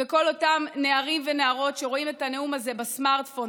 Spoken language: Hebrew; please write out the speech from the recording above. ולכל אותם נערים ונערות שרואים את הנאום הזה בסמארטפון,